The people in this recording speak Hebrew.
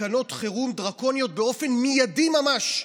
תקנות חירום דרקוניות באופן מיידי ממש,